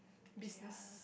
business